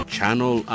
Channel